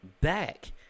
back